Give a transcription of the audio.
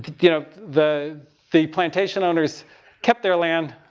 you know, the the plantation owners kept their land.